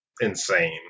insane